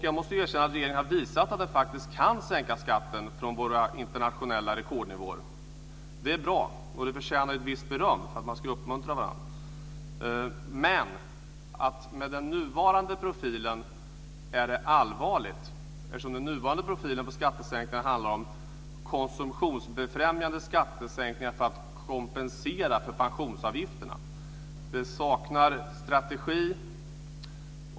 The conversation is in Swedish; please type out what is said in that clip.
Jag måste erkänna att ni har visat att ni faktiskt kan sänka skatten från våra internationella rekordnivåer. Det är bra, och det förtjänar ett visst beröm - man ska ju uppmuntra varandra - men den nuvarande profilen är allvarlig. Den handlar om konsumtionsbefrämjande skattesänkningar för att kompensera för pensionsavgifterna. Det saknas strategi.